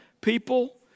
people